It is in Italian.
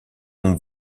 con